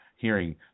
hearing